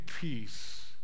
peace